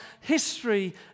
history